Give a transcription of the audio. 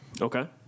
Okay